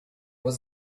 was